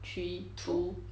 three two